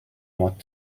not